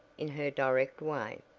in her direct way.